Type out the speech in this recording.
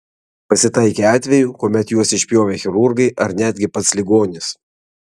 pasitaikė atvejų kuomet juos išpjovė chirurgai ar netgi pats ligonis